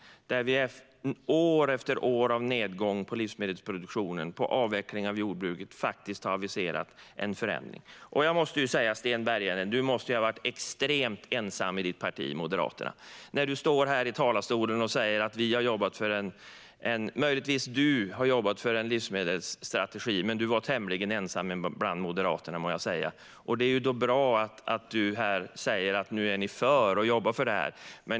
Efter många år av nedgång i livsmedelsproduktionen och avveckling inom jordbruket har det aviserats en förändring. Sten Bergheden måste ha varit extremt ensam i sitt parti Moderaterna. Han står här i talarstolen och säger att han har jobbat för en livsmedelsstrategi. Men han var tämligen ensam bland Moderaterna, må jag säga. Det är bra att han här säger att de nu är för den och jobbar för det.